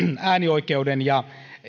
äänioikeuden ja